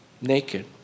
Naked